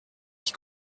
qui